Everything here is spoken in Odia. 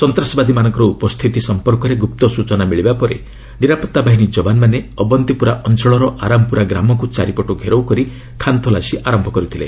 ସନ୍ତାସବାଦୀମାନଙ୍କର ଉପସ୍ଥିତି ସମ୍ପର୍କରେ ଗୁପ୍ତ ସୂଚନା ମିଳିବା ପରେ ନିରାପଭାବାହିନୀ ଜବାନମାନେ ଅବନ୍ତିପୁରା ଅଞ୍ଚଳର ଆରାମପୁରା ଗ୍ରାମକୁ ଚାରିପଟୁ ଘେରାଉକରି ଖାନତଲାସୀ ଆରମ୍ଭ କରିଥିଲେ